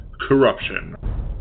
Corruption